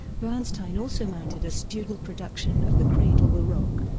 bernstein also mounted a student production of the cradle will rock,